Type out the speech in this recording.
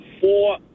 four